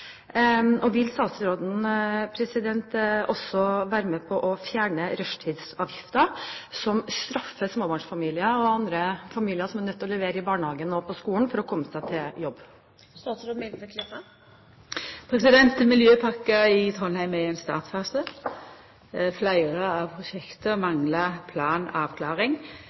Og vil statsråden også være med på å fjerne rushtidsavgiften, som straffer småbarnsfamilier og andre familier, som er nødt til å levere i barnehagen og på skolen for å komme seg på jobb? Miljøpakka i Trondheim er i ein startfase. Fleire av prosjekta manglar